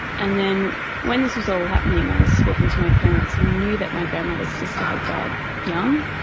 and then when this was all happening i was speaking to my parents and we knew that my grandmother's sister had died young,